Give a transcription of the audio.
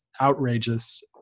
outrageous